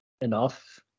enough